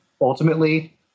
Ultimately